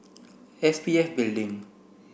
S P F Building